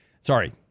sorry